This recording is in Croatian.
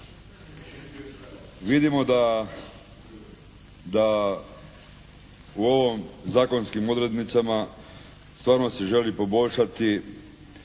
Vidimo da u ovim zakonskim odrednicama stvarno se želi poboljšati